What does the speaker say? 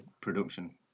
production